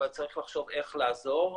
אבל צריך לחשוב איך לעזור.